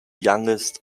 youngest